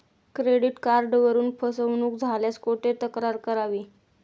Credit कार्डवरून फसवणूक झाल्यास कुठे तक्रार करावी?